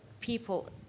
people